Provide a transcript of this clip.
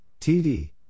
TD